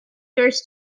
yours